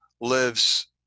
lives